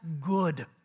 good